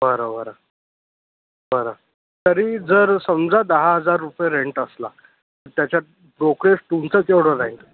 बरंं बरंं बरंं तरी जर समजा दहा हजार रुपये रेंट असला त्याच्यात ब्रोकरेज तुमचं केवढंं राहील